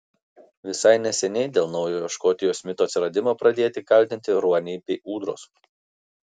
visai neseniai dėl naujojo škotijos mito atsiradimo pradėti kaltinti ruoniai bei ūdros